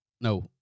no